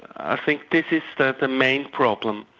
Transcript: i think this is the the main problem.